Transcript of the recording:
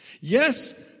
Yes